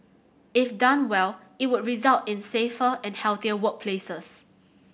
if done well it would result in safer and healthier workplaces